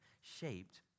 shaped